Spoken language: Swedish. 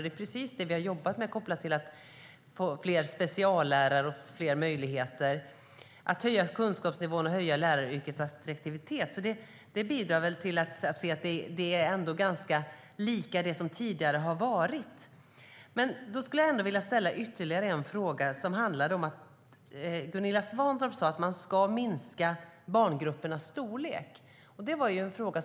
Det är precis det vi har jobbat med, kopplat till att få fler speciallärare och fler möjligheter att höja kunskapsnivån och läraryrkets attraktivitet. Det bidrar väl till att det är ganska likt det som tidigare har varit. Jag skulle vilja ställa ytterligare en fråga. Gunilla Svantorp sa att man ska minska barngruppernas storlek.